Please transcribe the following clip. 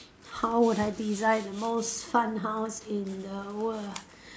how would I design the most fun house in the world ah